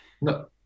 no